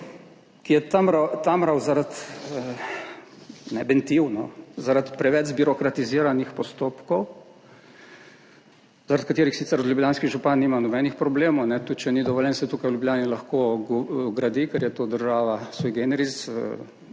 gospoda Goloba, ki je bentil zaradi preveč zbirokratiziranih postopkov, zaradi katerih sicer ljubljanski župan nima nobenih problemov, tudi če ni dovoljeno, se tukaj v Ljubljani lahko gradi, ker je to država sui generis, šerif